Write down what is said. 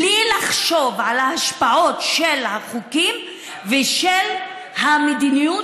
בלי לחשוב על ההשפעות של החוקים ושל המדיניות